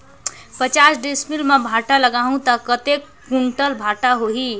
पचास डिसमिल मां भांटा लगाहूं ता कतेक कुंटल भांटा होही?